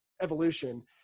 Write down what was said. evolution